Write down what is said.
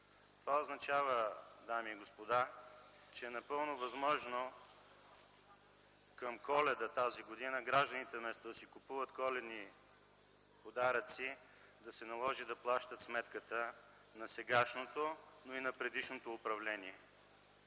Това означава, дами и господа, че е напълно възможно към Коледа тази година, гражданите вместо да си купуват коледни подаръци, да се наложи да плащат сметката на сегашното, но и на предишното управление,